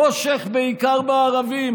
חושך בעיקר בערבים.